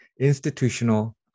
institutional